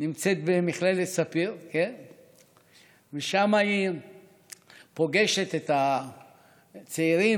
נמצאת במכללת ספיר ושם היא פוגשת את הצעירים